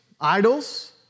idols